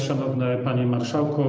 Szanowny Panie Marszałku!